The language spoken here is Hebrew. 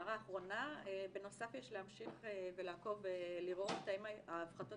הערה אחרונה בנוסף יש להמשיך ולעקוב ולראות האם ההפחתות